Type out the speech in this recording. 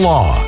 Law